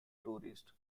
tourists